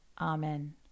Amen